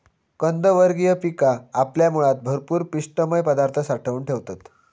कंदवर्गीय पिका आपल्या मुळात भरपूर पिष्टमय पदार्थ साठवून ठेवतत